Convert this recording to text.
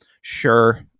Sure